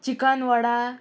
chicken वडा